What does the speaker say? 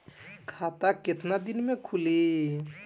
खाता कितना दिन में खुलि?